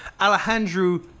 Alejandro